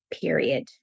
period